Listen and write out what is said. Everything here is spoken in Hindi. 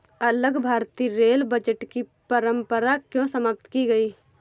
अलग भारतीय रेल बजट की परंपरा क्यों समाप्त की गई?